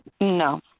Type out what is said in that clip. No